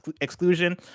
exclusion